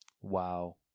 WoW